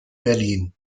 berlin